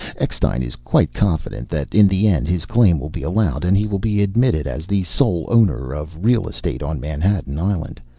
eckstein is quite confident that in the end his claim will be allowed and he will be admitted as the sole owner of real-estate on manhattan island,